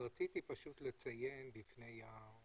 רציתי לציין לפני אותם